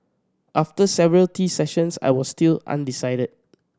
after several tea sessions I was still undecided